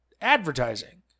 advertising